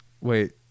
Wait